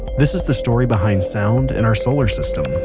this is the story behind sound in our solar system